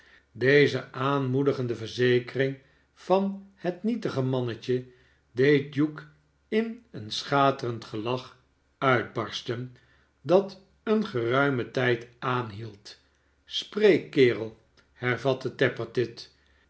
deze aanmoedigende verzekering van het nietige mannetje deed hugh in een schaterend gelach uitbarsten dat een geruimen tijd aanhield aspreek kerel hervatte tappertit